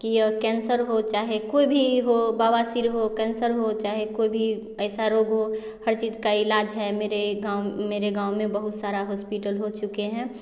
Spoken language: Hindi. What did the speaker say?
कि यह केंसर हो चाहे कोई भी हो बवासीर हो केंसर हो चाहे कोई भी ऐसा रोग हो हर चीज़ का ईलाज है मेरे गाँव मेरे गाँव में बहुत सारा होस्पिटल हो चुके हैं